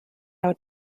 would